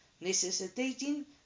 necessitating